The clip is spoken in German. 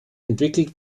entwickelt